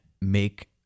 make